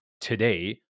today